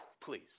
please